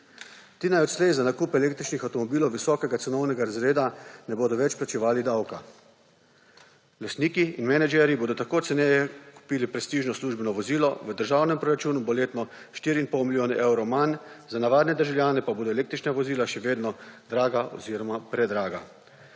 Ti naj odslej za nakup električnih avtomobilov visokega cenovnega razreda, ne bodo več plačevali davka. Lastniki in menedžerji bodo tako ceneje kupili prestižno službeno vozilo. V državnem proračunu bo letno 4 in pol milijone evrov manj, za navadne državljane pa bodo električna vozila še vedno draga oziroma predraga.